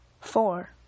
Four